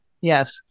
Yes